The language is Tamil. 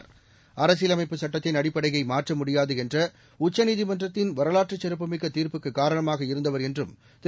அரசியலமைப்புசட்டத்தின்அடிப்படையைமாற்றமுடியாதுஎன்றஉச்சநீதிமன்றத்தின்வரலாற்றுசிறப்புமிக் கதீர்ப்புக்குகாரணமாகஇருந்தவர்என்றும்திரு